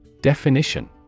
Definition